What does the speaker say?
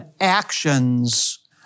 actions